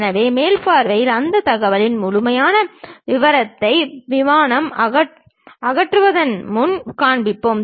எனவே மேல் பார்வையில் அந்த தகவலின் முழுமையான விவரங்களை விமானம் அகற்றுவதற்கு முன் காண்பிப்போம்